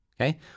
Okay